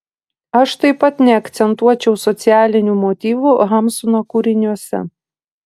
aš taip pat neakcentuočiau socialinių motyvų hamsuno kūriniuose